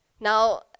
Now